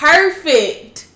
Perfect